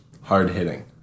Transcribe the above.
hard-hitting